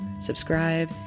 subscribe